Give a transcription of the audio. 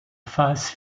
phase